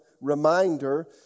reminder